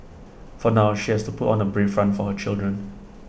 for now she has to put on A brave front for her children